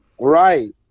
Right